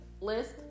list